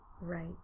Right